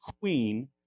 queen